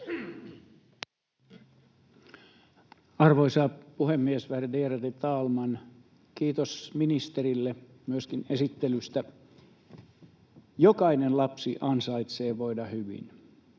Arvoisa puhemies, värderade talman! Kiitos ministerille myöskin esittelystä. Jokainen lapsi ansaitsee voida hyvin.